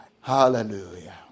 Hallelujah